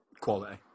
Quality